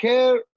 Care